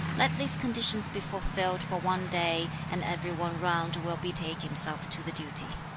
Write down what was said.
let these conditions be fulfilled for one day, and every one round will betake himself to the duty.